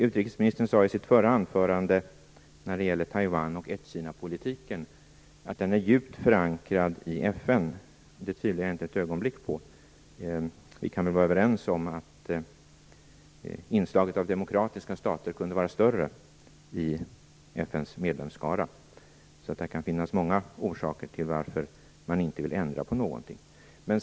Utrikesministern sade i sitt förra inlägg att Taiwan och ett-Kina-politiken är djupt förankrad i FN, och det tvivlar jag inte ett ögonblick på. Vi kan väl vara överens om att inslaget av demokratiska stater i FN:s medlemsskara kunde vara större, så det kan finnas många orsaker till att man inte vill ändra på någonting.